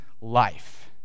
life